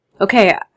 Okay